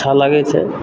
अच्छा लागय छै